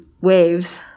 waves